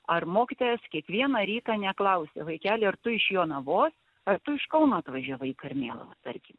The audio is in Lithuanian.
ar mokytojas kiekvieną rytą neklausia vaikeli ar tu iš jonavos ar tu iš kauno atvažiavai į karmėlavą tarkim